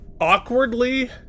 awkwardly